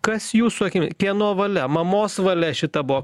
kas jūsų akimi kieno valia mamos valia šita buvo